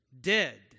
dead